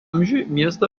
miestą